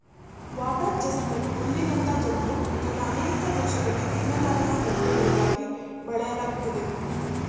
water chestnut ಹುಲ್ಲಿನಂತ ಜಂಬು ಇದ್ನ ಅನೇಕ ದೇಶ್ದಲ್ಲಿ ತಿನ್ನಲರ್ಹ ಗಡ್ಡೆಗಳಿಗಾಗಿ ಬೆಳೆಯಲಾಗ್ತದೆ